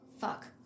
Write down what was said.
Fuck